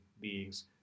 beings